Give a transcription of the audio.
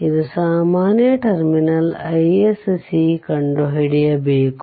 ಇದು ಸಾಮಾನ್ಯ terminal iSC ಕಂಡುಹಿಡಿಯಬೇಕು